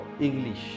English